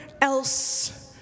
else